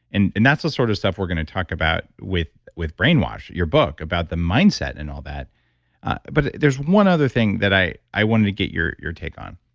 and and that's the sort of stuff we're going to talk about with with brain wash, your book about the mindset and all that but there's one other thing that i i wanted to get your your take on.